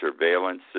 surveillance